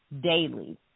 daily